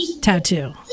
tattoo